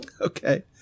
Okay